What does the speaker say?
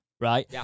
right